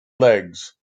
legs